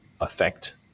affect